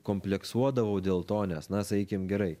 kompleksuodavau dėl to nes na sakykim gerai